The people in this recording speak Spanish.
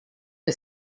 que